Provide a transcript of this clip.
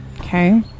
Okay